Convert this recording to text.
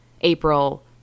April